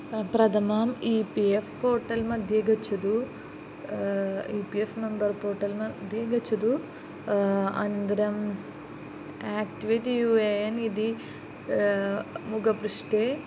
प्रथमं E P F portal मध्ये गच्छतु E P F number portal मध्ये गच्छतु अनन्तरं आक्टिवेट् यू ए एन् इति मुखपृष्टे